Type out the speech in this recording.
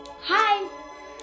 hi